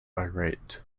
irate